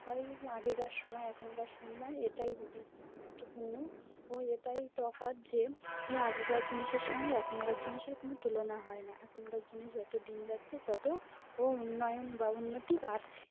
হয় আগেকার সময় এখনকার সময় এটাই গুরুত্বপূর্ণ ও এটাই তফাৎ যে এ আগেকার জিনিসের সঙ্গে এখনকার জিনিসের কোনো তুলনা হয় না এখনকার জিনিস যত দিন যাচ্ছে তত ও উন্নয়ন বা উন্নতি বাড়ছে